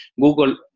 Google